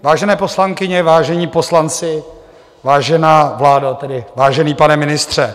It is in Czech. Vážené poslankyně, vážení poslanci, vážená vládo, tedy vážený pane ministře.